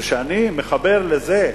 וכשאני מחבר לזה,